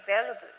available